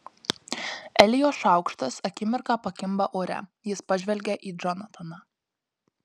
elijo šaukštas akimirką pakimba ore jis pažvelgia į džonataną